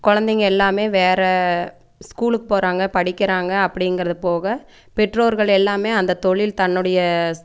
குழந்தைங்க எல்லாமே வேற ஸ்கூலுக்கு போகிறாங்க படிக்கிறாங்க அப்படிங்கிறது போக பெற்றோர்கள் எல்லாமே அந்த தொழில் தன்னுடைய